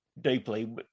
deeply